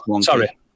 Sorry